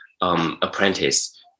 apprentice